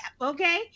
okay